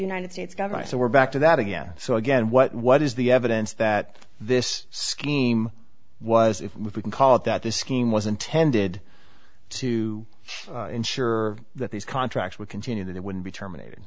united states government so we're back to that again so again what what is the evidence that this scheme was if we can call it that the scheme was intended to ensure that these contracts would continue that it wouldn't be terminated